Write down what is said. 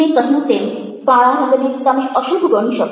મેં કહ્યું તેમ કાળા રંગને તમે અશુભ ગણી શકો